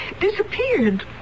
disappeared